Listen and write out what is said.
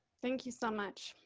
thank you so much.